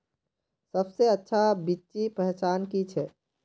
सबसे अच्छा बिच्ची पहचान की छे?